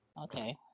Okay